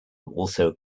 also